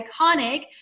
iconic